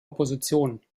opposition